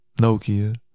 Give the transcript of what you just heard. Nokia